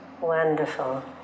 Wonderful